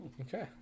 Okay